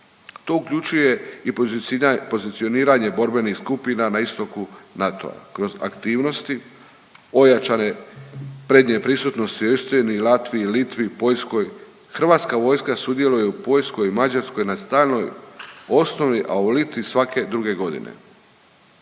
To uključuje i pozicioniranje borbenih skupina na istoku NATO-a kroz aktivnosti ojačane prednje prisutnosti u Estoniji, Latviji, Litvi, Poljskoj, Hrvatska vojska sudjeluje u Poljskoj i Mađarskoj na stalnoj osnovi, a u Litvi svake druge godine.